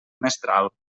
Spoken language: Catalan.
mestral